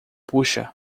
puxa